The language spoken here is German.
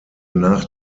nach